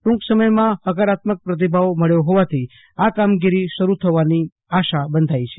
ટ્રંક સમયમાં હકારાત્મક પ્રતિભાવ મળ્યો હોવાથી આ કામગીરી શરૂ થવાની આશા બંધાઈ છે